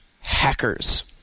hackers